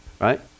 right